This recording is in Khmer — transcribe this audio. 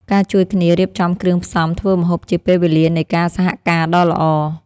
ការជួយគ្នារៀបចំគ្រឿងផ្សំធ្វើម្ហូបជាពេលវេលានៃការសហការដ៏ល្អ។